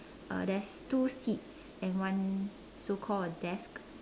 uh there's two seats and one so called a desk